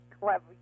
clever